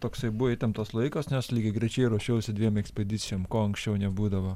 toksai buvo įtemptas laikas nes lygiagrečiai ruošiausi dviem ekspedicijom ko anksčiau nebūdavo